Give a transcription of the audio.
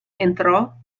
entrò